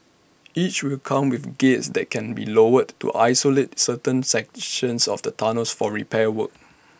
each will come with gates that can be lowered to isolate certain sections of the tunnels for repair works